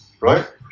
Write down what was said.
right